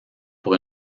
pour